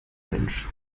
mensch